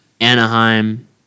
Anaheim